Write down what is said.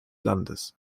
landes